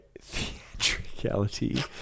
theatricality